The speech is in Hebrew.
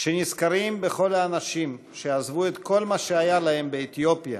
כשנזכרים בכל האנשים שעזבו את כל מה שהיה להם באתיופיה,